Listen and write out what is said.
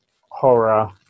horror